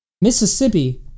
Mississippi